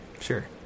Sure